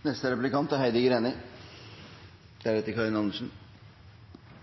Representanten Jenssen hevder at det er